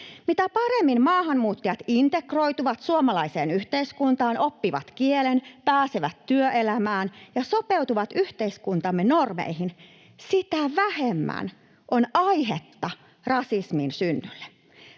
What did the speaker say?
Mitä paremmin maahanmuuttajat integroituvat suomalaiseen yhteiskuntaan, oppivat kielen, pääsevät työelämään ja sopeutuvat yhteiskuntamme normeihin, sitä vähemmän on aihetta rasismin synnylle.